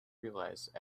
realized